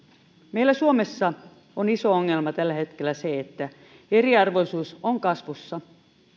meillä suomessa on iso ongelma tällä hetkellä se että eriarvoisuus on kasvussa